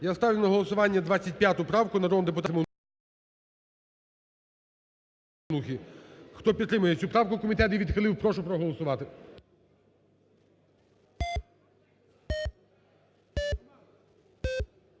Я ставлю на голосування 35 правку народного депутата Семенухи. Хто підтримує цю правку, комітет її відхилив, прошу проголосувати.